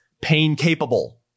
Pain-capable